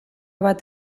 bat